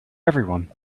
everyone